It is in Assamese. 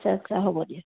আচ্ছা আচ্ছা হ'ব দিয়া